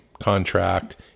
contract